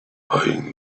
eyeing